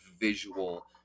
visual